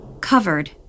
covered